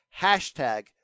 hashtag